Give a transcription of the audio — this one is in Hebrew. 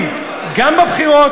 זה לגיטימי, אבל מגוחך.